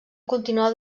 continuar